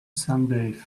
sunbathe